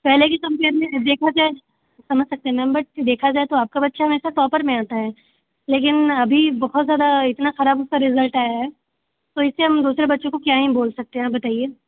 पहले की कम्पेयर में अब देखा जाए समझ सकते हैं मैम देखा जाए तो आपका बच्चा हमेशा टॉपर में रहता है लेकिन अभी बहुत ज़्यादा इतना खराब उसका रिजल्ट आया है तो इसे हम दूसरे बच्चों को क्या ही बोल सकते हैं आप ही बताइए